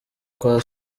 kwa